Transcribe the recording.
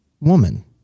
woman